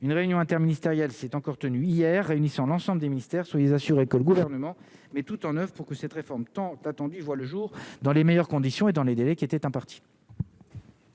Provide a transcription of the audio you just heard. une réunion interministérielle s'est encore tenue hier, réunissant l'ensemble des ministères sur les assurés que le gouvernement met tout en oeuvre pour que cette réforme tant attendue, voit le jour dans les meilleures conditions et dans les délais qui était parti.